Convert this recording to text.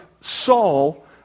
Saul